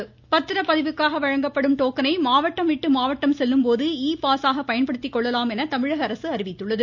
பத்திரபதிவு பத்திரபதிவுக்காக வழங்கப்படும் டோக்கனை மாவட்டம் விட்டு மாவட்டம் செல்லும் போது இ பாஸாக பயன்படுத்திக்கொள்ளலாம் என தமிழக அரசு அறிவித்துள்ளது